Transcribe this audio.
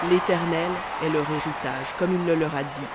l'éternel est leur héritage comme il le leur a dit